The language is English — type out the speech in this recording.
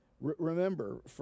remember